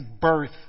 birth